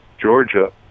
Georgia